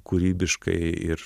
kūrybiškai ir